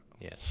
yes